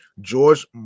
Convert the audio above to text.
George